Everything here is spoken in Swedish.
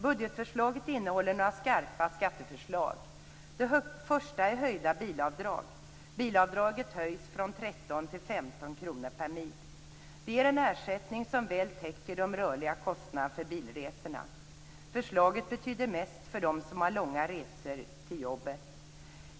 Budgetförslaget innehåller några skarpa skatteförslag. Det första är höjda bilavdrag. Bilavdraget höjs från 13 till 15 kr per mil. Det ger en ersättning som väl täcker de rörliga kostnaderna för bilresorna. Förslaget betyder mest för dem som har långa resor till jobbet.